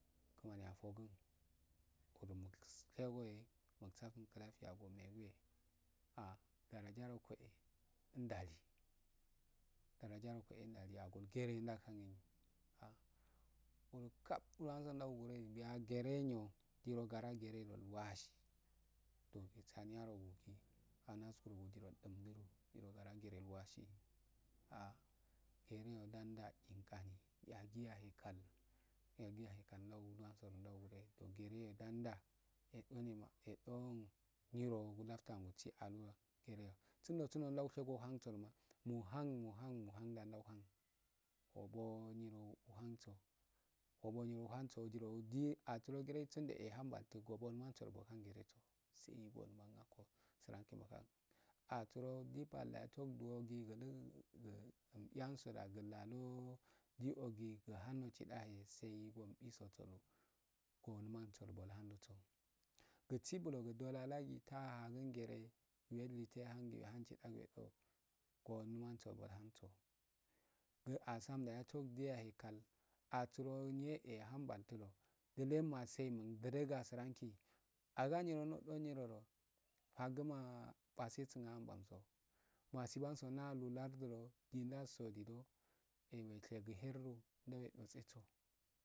Kimani afugun godumushegoe musaftun idafiya go meguwe darajja rokoendali dara jarokuendu agol gerenda hinyo haa ka dwan so dangiregi wuya gerenanyo giro garageredo iwasi dongo saaniyarokun unaskurogunyiro dumgo ngiroishimgo geredulwasi ah yereyo danda yinganii yagga yahekal ndaugueso daugurwedo gereyo danda endore adon nyiro liftu angu sidoodu gere yiro loftuayo danda edonyeyo edoon luftu angunsu ndo gereyo dundo fudo ndaushego muhansodoma muhan muhanda ndauhan ubonyiro uhanso ubonyiro wuhanso girogce gerei sundo ehanbalti obun umanso du buwahan gereso sai go numailako biranko muhan arurojipal mutanduwagi guduu mbiyansoyahe gulaloo giogi kidaye sai gombisodu bulhandoso gusi bulagi do lalagi ta hagun gere wedun ahang ahung ludalgeu gu numansodu bulhansoo gu asamda yato deyahe pcal asuro nyee hambal tudo nyellema sai muduluga siranki aganyino rodongiro he faguma mbisesun anbanbamso masibaso amlardiolo nyindaso lidn eweshegu nairu ndwe dutseso ah.